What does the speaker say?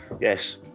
Yes